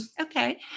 Okay